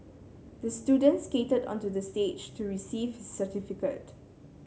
the student skated onto the stage to receive certificate